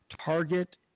target